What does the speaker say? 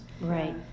Right